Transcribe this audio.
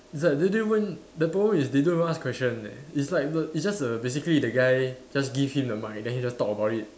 it's like they didn't even the problem is they don't even ask questions leh it's like the it's just a basically the guy just give him the mic then he just talk about it